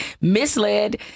misled